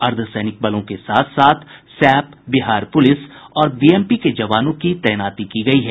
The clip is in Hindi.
अर्द्वसैनिक बलों के साथ साथ सैप बिहार पुलिस और बीएमपी के जवानों की तैनाती की गयी है